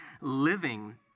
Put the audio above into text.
living